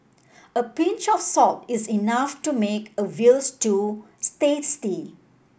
a pinch of salt is enough to make a veal stew tasty